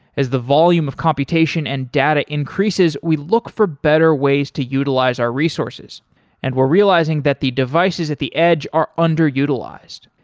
as the volume of computation and data increases, we look for better ways to utilize our resources and we're realizing that the devices at the edge are under-utilized.